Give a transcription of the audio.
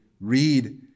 read